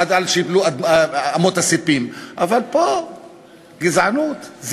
לרבות התחייבותה של שרת התרבות והספורט שלא תיזום או תתמוך בהצעות חוק